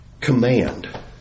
command